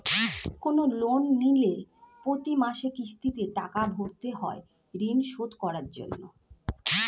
কোন লোন নিলে প্রতি মাসে কিস্তিতে টাকা ভরতে হয় ঋণ শোধ করার জন্য